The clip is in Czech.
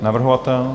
Navrhovatel?